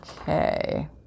okay